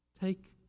take